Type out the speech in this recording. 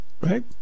right